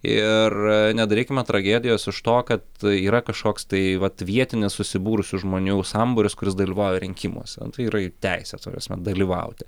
ir nedarykime tragedijos iš to kad tai yra kažkoks tai vat vietinis susibūrusių žmonių sambūris kuris dalyvauja rinkimuose tai yra jų teisės ta prame dalyvauti